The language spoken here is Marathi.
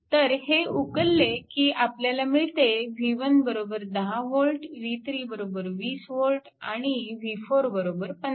तर हे उकलले की आपल्याला मिळते v1 10 V v3 20 V आणि v4 15 V